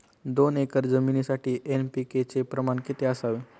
दोन एकर जमिनीसाठी एन.पी.के चे प्रमाण किती असावे?